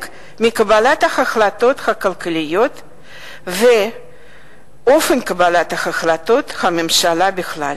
מקבלת ההחלטות הכלכליות ומאופן קבלת ההחלטות בממשלה בכלל.